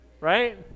right